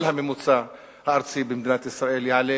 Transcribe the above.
כל הממוצע הארצי במדינת ישראל יעלה